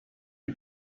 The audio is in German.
die